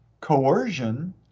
coercion